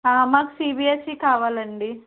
మాకు సీబీఎస్ఈ కావాలండి